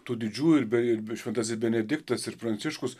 tų didžių ir be šventasis benediktas ir pranciškus